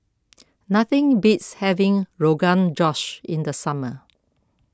nothing beats having Rogan Josh in the summer